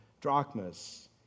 drachmas